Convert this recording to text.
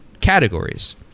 categories